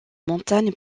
montagne